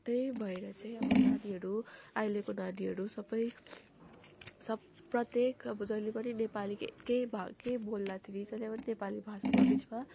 त्यही भएर नै अब नानीहरू अहिलेको नानीहरू सबै सब प्रत्येक अब जहिले पनि नेपाली केही भा केही बोल्दाखेरि चाहिँ जहिले पनि नेपाली भाषामा बिचमा